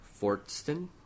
Fortston